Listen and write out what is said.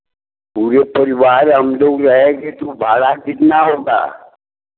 पूरे परिवार हम लोग हैं किन्तु भाड़ा कितना होगा